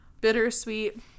bittersweet